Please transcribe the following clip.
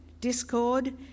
discord